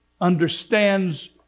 understands